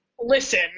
Listen